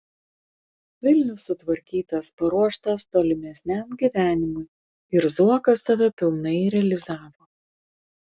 vilnius sutvarkytas paruoštas tolimesniam gyvenimui ir zuokas save pilnai realizavo